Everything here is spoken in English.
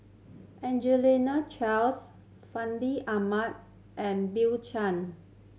Angelina Charles Fandi Ahmad and Bill Chen